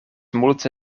multe